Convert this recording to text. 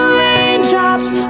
raindrops